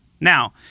Now